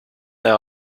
hour